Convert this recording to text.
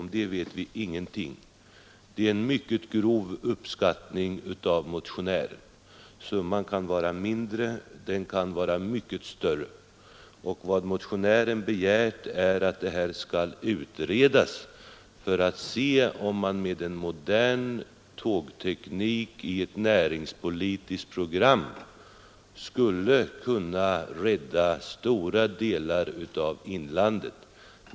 Motionärerna har gjort en mycket grov uppskattning, summan kan vara mindre och den kan vara större. Vad motionärerna har begärt är att frågan skall utredas för att se om man med en modern tågteknik genom ett näringspolitiskt program skulle kunna rädda stora delar av inlandet.